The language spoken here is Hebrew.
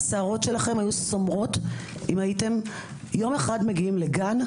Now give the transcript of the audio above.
השערות שלכם היו סומרות אם הייתם יום אחד מגיעים לגן,